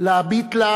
להביט לה